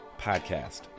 Podcast